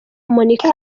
monika